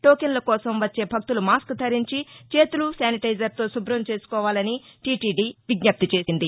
టోకెన్ల కోసం వచ్చే భక్తులు మాస్క్ ధరించి చేతులు శానిటైజర్ తో శుభ్రం చేసుకోవాలని టీటీడీ విజ్జప్తి చేసింది